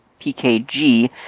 PKG